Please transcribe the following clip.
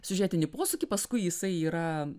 siužetinį posūkį paskui jisai yra